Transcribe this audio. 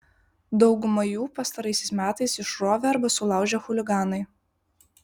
daugumą jų pastaraisiais metais išrovė arba sulaužė chuliganai